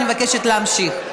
אני מבקשת להמשיך.